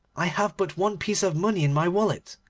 i have but one piece of money in my wallet,